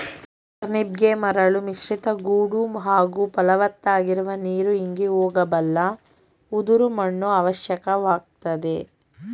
ಟರ್ನಿಪ್ಗೆ ಮರಳು ಮಿಶ್ರಿತ ಗೋಡು ಹಾಗೂ ಫಲವತ್ತಾಗಿರುವ ನೀರು ಇಂಗಿ ಹೋಗಬಲ್ಲ ಉದುರು ಮಣ್ಣು ಅವಶ್ಯಕವಾಗಯ್ತೆ